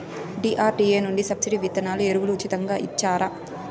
DRDA నుండి subsidy విత్తనాలు ఎరువులు ఉచితంగా ఇచ్చారా?